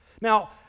Now